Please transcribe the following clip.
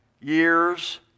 years